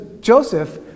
Joseph